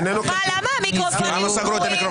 למה המיקרופונים סגורים?